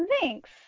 thanks